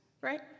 right